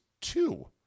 two